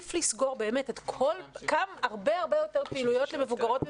עדיף לסגור הרבה הרבה יותר פעילויות למבוגרות ולמבוגרים,